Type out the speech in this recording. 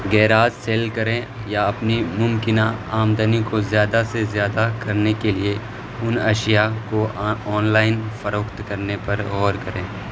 garage sale کریں یا اپنی ممکنہ آمدنی کو زیادہ سے زیادہ کرنے کے لیے ان اشیاء کو آں آن لائن فروخت کرنے پر غور کریں